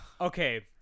Okay